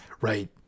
right